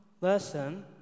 lesson